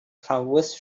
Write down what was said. transverse